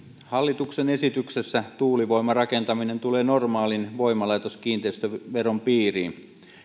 hallituksen esityksessä tuulivoimarakentaminen tulee normaalin voimalaitoskiinteistöveron piiriin